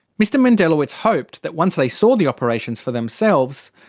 mr mendelawitz hoped that, once they saw the operations for themselves,